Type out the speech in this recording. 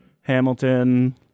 Hamilton